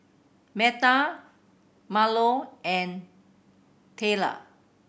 Metha Marlo and Tayla